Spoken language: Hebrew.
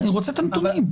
אני רוצה את הנתונים.